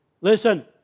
Listen